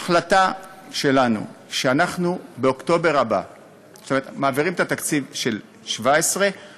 ההחלטה שלנו היא, מעבירים את התקציב של 17';